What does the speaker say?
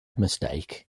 mistake